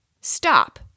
Stop